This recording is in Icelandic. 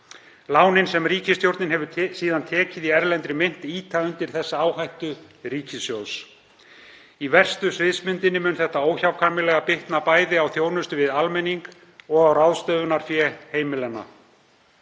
Lánin sem ríkisstjórnin hefur síðan tekið í erlendri mynt ýta undir þessa áhættu ríkissjóðs. Í verstu sviðsmyndinni mun þetta óhjákvæmilega bitna bæði á þjónustu við almenning og ráðstöfunarfé heimilanna,